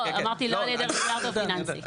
אמרתי לא על ידי רגולטור פיננסי.